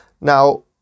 Now